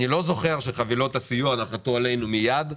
אני לא זוכר שחבילות הסיוע נחתו עלינו מיד,